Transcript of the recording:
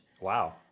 Wow